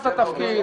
רק נכנס לתפקיד,